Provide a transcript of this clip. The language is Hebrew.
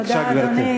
בבקשה, גברתי.